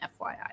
FYI